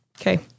Okay